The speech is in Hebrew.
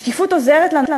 השקיפות עוזרת לנו,